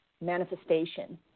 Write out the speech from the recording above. manifestation